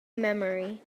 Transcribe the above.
memory